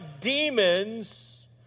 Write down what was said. demons